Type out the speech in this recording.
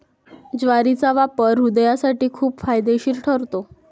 ज्वारीचा वापर हृदयासाठी खूप फायदेशीर ठरतो